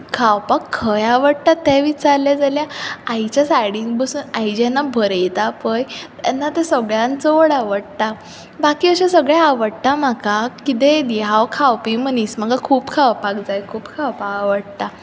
खावपाक खंय आवडटा तें विचारल्ले जाल्यार आईच्या सायडीन बसून आई जेन्ना भरयतां पळय तेन्ना ते सगळ्यान चड आवडटा बाकी अशें सगळें आवडटा म्हाका किदेंय दी हांव खावपी मनीस म्हाका खूब खावपाक जाय खूब खावपाक आवडटा